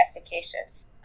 efficacious